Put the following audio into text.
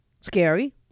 scary